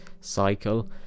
cycle